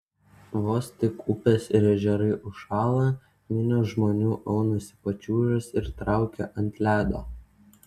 vos tik upės ir ežerai užšąla minios žmonių aunasi pačiūžas ir traukia ant ledo